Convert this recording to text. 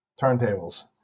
turntables